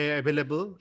available